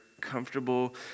comfortable